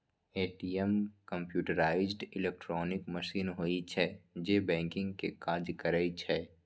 ATM computerised electronic machine होइ छै, जे बैंकिंग के काज करै छै